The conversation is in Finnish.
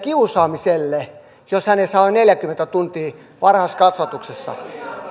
ja kiusaamiselle jos hän ei saa olla neljäkymmentä tuntia varhaiskasvatuksessa